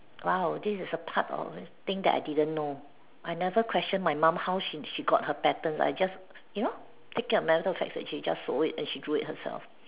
!wow! this is a part of thing that I didn't know I never question my mum how she she got her patterns I just you know take it a matter of fact that she just sew it and she drew it herself